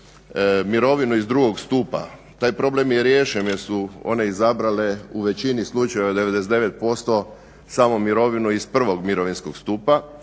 mirovinu iz drugog stupa. Taj problem je riješen jer su one izabrale u većini slučajeva, 99%, samo mirovinu iz prvog mirovinskog stupa.